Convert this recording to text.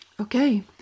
Okay